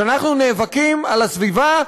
כשאנחנו נאבקים על הסביבה,